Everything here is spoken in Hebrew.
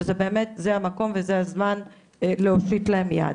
שזה באמת המקום והזמן להושיט להם יד.